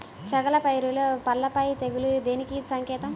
చేగల పైరులో పల్లాపై తెగులు దేనికి సంకేతం?